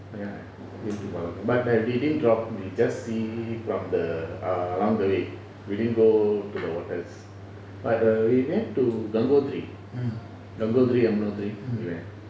mm